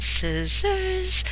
scissors